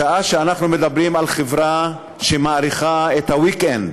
בשעה שאנחנו מדברים על חברה שמאריכה את ה-weekend,